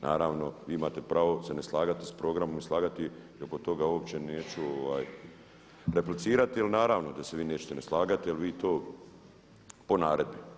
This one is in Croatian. Naravno vi imate pravo se ne slagati s programom, slagati i oko toga uopće neću replicirati jer naravno da se vi nećete ni slagati jel vi to po naredbi.